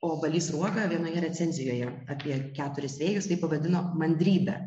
o balys sruoga vienoje recenzijoje apie keturis vėjus tai pavadino mandrybe